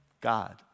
God